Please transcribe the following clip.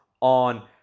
on